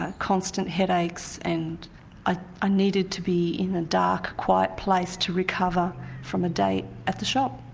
ah constant headaches and ah i needed to be in a dark quiet place to recover from a day at the shop.